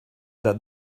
that